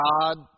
God